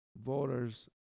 voters